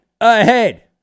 ahead